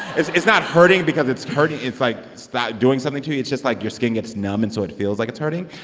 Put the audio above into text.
it's it's not hurting because it's hurting it's like doing something to you. it's just, like, your skin gets numb and so it feels like it's hurting.